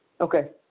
Okay